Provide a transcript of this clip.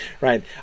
right